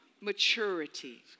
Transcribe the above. maturity